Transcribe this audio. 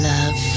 Love